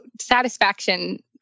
satisfaction